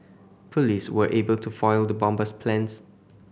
police were able to foil the bomber's plans